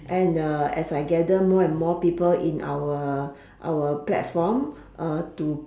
and as I gather more and more people in our our platform to